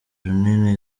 runini